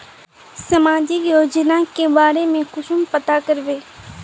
सामाजिक योजना के बारे में कुंसम पता करबे?